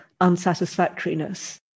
unsatisfactoriness